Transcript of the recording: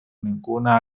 ninguna